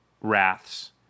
wraths